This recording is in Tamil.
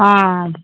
ஆ